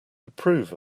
approve